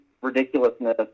ridiculousness